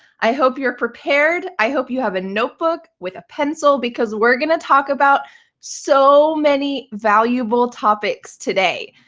i hope you're prepared. i hope you have a notebook with a pencil, because we're going to talk about so many valuable topics today.